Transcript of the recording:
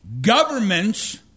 governments